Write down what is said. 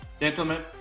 gentlemen